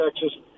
Texas –